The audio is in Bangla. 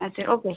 আচ্ছা ওকে